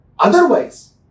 Otherwise